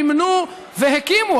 מימנו והקימו,